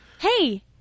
Hey